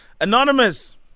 Anonymous